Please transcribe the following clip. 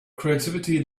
creativity